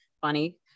funny